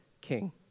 king